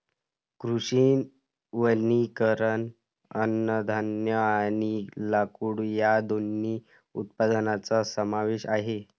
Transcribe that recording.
कृषी वनीकरण अन्नधान्य आणि लाकूड या दोन्ही उत्पादनांचा समावेश आहे